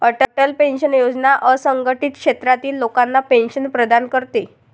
Atal pension योजना असंघटित क्षेत्रातील लोकांना पेन्शन प्रदान करते